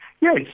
Yes